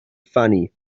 funny